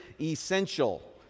essential